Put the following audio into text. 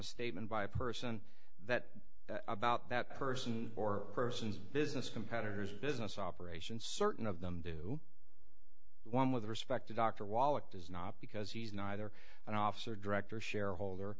a statement by a person that about that person or persons business competitors business operations certain of them do one with respect to dr wallach does not because he's neither an officer director shareholder